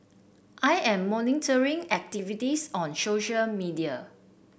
I am monitoring activities on social media